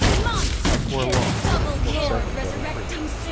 indeed, a forlorn and forsaken little creature.